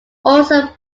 also